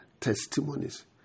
testimonies